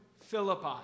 Philippi